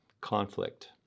conflict